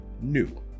new